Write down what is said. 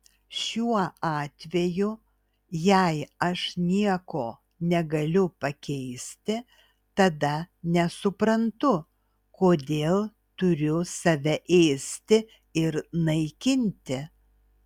šiuo atveju jei aš nieko negaliu pakeisti tada nesuprantu kodėl turiu save ėsti ir naikinti